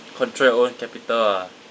control your own capital ah